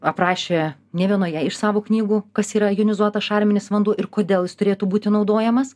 aprašė ne vienoje iš savo knygų kas yra jonizuotas šarminis vanduo ir kodėl jis turėtų būti naudojamas